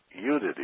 unity